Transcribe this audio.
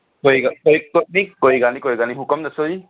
ਕੋਈ ਗੱਲ ਕੋਈ ਕੋ ਨਹੀਂ ਕੋਈ ਗੱਲ ਨਹੀਂ ਕੋਈ ਗੱਲ ਨਹੀਂ ਹੁਕਮ ਦੱਸੋ ਜੀ